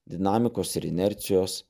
dinamikos ir inercijos